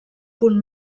punt